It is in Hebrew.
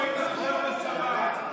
אם היית משרת בצבא,